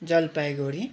Jalpaiguri